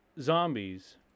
zombies